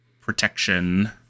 protection